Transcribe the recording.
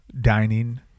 dining